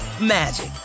magic